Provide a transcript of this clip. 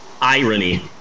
irony